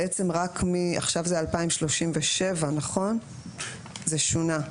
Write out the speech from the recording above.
בעצם רק עכשיו זה 2037 וזה שונה.